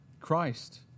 Christ